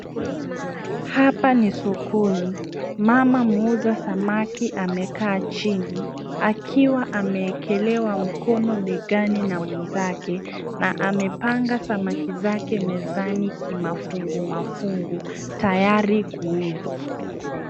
Hapa ni sokoni. Mama muuza samaki amekaa chini, akiwa ameekelewa mkono begani na mwenzake na amepanga samaki zake mezani kimafungumafungu, tayari kuuzwa.